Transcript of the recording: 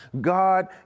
God